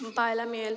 पहायला मिळेल